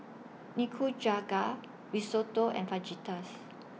Nikujaga Risotto and Fajitas